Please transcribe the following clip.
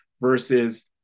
versus